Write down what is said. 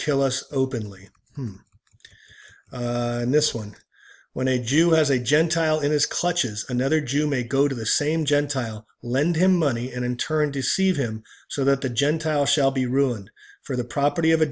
kill us openly in this one when a jew has a gentile in his clutches another jew may go to the same gentile lend him money and in turn deceive him so that the gentile shall be ruined for the property of a